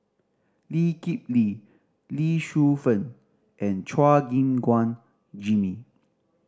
Lee Kip Lee Lee Shu Fen and Chua Gim Guan Jimmy